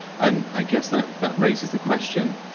and i guess that that raises the question,